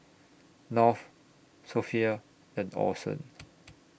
North Sophia and Orson